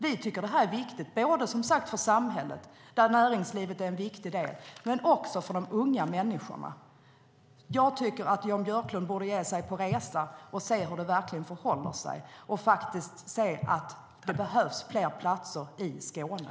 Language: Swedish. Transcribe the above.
Vi tycker att detta är viktigt, både för samhället, där näringslivet är en viktig del, och för de unga människorna. Jag tycker att Jan Björklund borde bege sig ut på resa och se hur det verkligen förhåller sig. Det behövs fler platser i Skåne.